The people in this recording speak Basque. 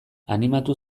animatu